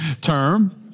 term